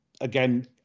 again